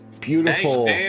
beautiful